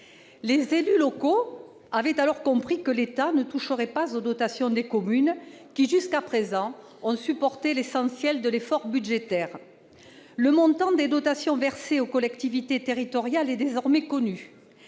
Les élus locaux avaient alors compris que l'État ne toucherait pas aux dotations des communes qui, jusqu'à présent, ont supporté l'essentiel de l'effort budgétaire. Le montant des dotations versées aux collectivités territoriales est désormais connu